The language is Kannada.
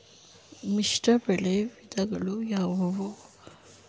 ಮಿಶ್ರಬೆಳೆ ವಿಧಗಳಾವುವು?